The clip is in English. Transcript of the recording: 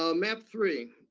um map three,